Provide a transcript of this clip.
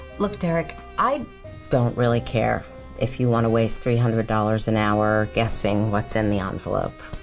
look derek, i don't really care if you want to waste three hundred dollars an hour guessing what's in the envelope.